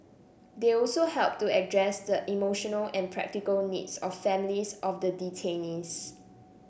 they also helped to address the emotional and practical needs of families of the detainees